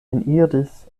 eniris